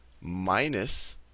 minus